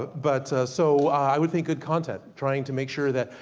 but so i would think good content. trying to make sure that,